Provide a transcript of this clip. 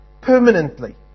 permanently